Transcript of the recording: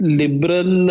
liberal